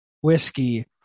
whiskey